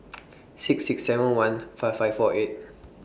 six six seven one five five four eight